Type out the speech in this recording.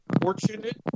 fortunate